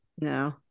No